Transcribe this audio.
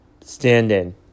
Stand-in